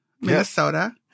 Minnesota